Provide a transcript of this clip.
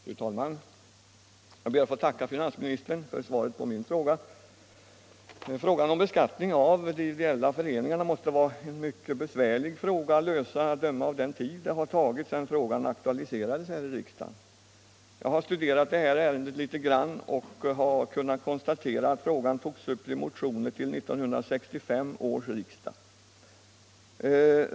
Fru talman! Jag ber att få tacka finansministern för svaret på min fråga. Frågan om beskattningen av de ideella föreningarna måste vara mycket = besvärlig att lösa att döma av den tid det har tagit sedan frågan ak Om beskattningen tualiserades här i riksdagen. Jag har studerat det här ärendet litet grand av ideella organisaoch har kunnat konstatera att frågan togs upp i motioner till 1965 års = tioner riksdag.